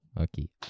okay